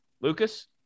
lucas